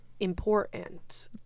important